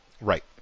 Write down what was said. Right